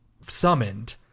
summoned